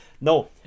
no